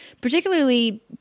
particularly